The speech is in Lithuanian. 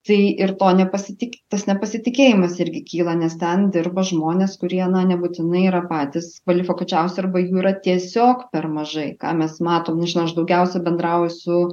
tai ir to nepasitik tas nepasitikėjimas irgi kyla nes ten dirba žmonės kurie na nebūtinai yra patys kvalifikuočiausi arba jų yra tiesiog per mažai ką mes matom nežinau aš daugiausia bendrauju su